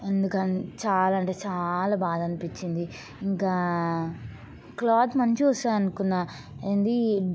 అందుకని చాలా అంటే చాలా బాధ అనిపించింది ఇంక క్లాత్ మంచిగొస్తుంది అనుకున్నాను ఎంది